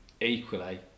equally